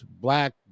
black